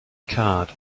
card